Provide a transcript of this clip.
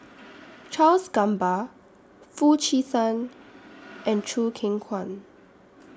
Charles Gamba Foo Chee San and Choo Keng Kwang